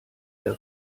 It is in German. der